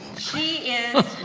she is,